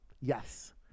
Yes